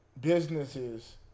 businesses